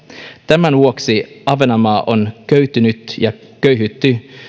tämän vuoksi ahvenanmaa on köyhtynyt ja köyhtyy